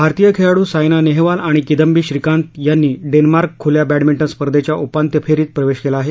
भारतीय खेळाडू सायना नेहवाल आणि किंदबी श्रीकांत यांनी डेन्मार्क खुल्या बॅडमिंटन स्पर्धेच्या उपांत्य फेरीत प्रवेश केला आहे